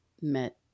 met